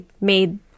made